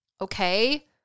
okay